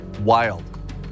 wild